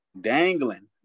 Dangling